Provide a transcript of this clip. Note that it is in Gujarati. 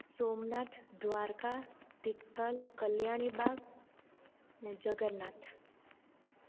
સોમાનથ દ્વારકા તિથલ કલ્યાણી બાગ ને જગન્નાથ